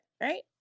right